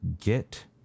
get